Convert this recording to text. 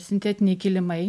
sintetiniai kilimai